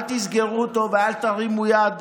אל תסגרו אותו, ואל תרימו יד